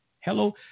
Hello